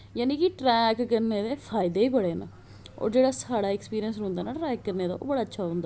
जानी कि ट्रैक करने दे फायदे गै बडे़ न और जेहड़ा साढ़ा एक्सपिरियस रौहंदा ना ट्रैक करने दा ओह् बड़ा अच्छा होंदा